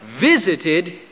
visited